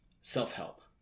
self-help